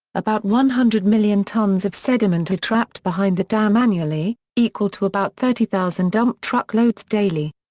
about one hundred million tons of sediment are trapped behind the dam annually, equal to about thirty thousand dump truck loads daily.